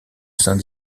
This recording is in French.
saint